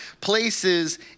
places